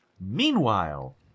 Meanwhile